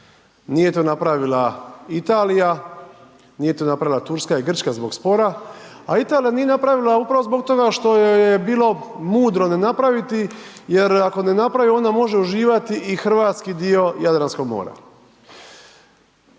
nije to napravila Italija, nije to napravila Turska i Grčka zbog spora, a Italija nije napravila upravo zbog toga što joj je bilo mudro ne napraviti jer ako ne napravi onda može uživati i hrvatski dio Jadranskog mora.